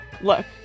look